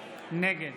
נגד